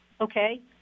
okay